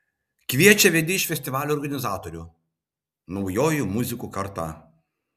kviečia vieni iš festivalio organizatorių naujoji muzikų karta